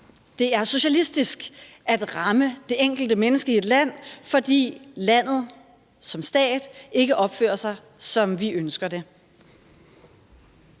det er socialistisk at ramme det enkelte menneske i et land, fordi landet som stat ikke opfører sig, som vi ønsker det.